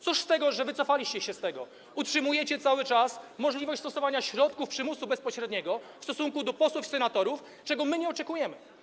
Cóż z tego, że wycofaliście się z tego, skoro utrzymujecie cały czas możliwość stosowania środków przymusu bezpośredniego w stosunku do posłów i senatorów, czego my nie oczekujemy?